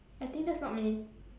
I think that's not me